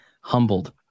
humbled